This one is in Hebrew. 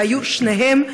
והיו שניהם,